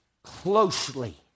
Closely